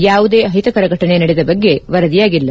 ಯಾವುದೇ ಅಹಿತಕರ ಘಟನೆ ನಡೆದ ಬಗ್ಗೆ ವರದಿಯಾಗಿಲ್ಲ